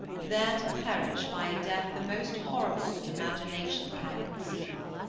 there to perish by a death the most horrible that imagination can conceive.